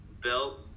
built